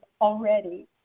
already